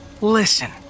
Listen